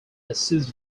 assist